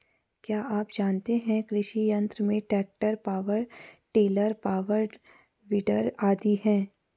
क्या आप जानते है कृषि यंत्र में tractor, power tiller, power weeder आदि है?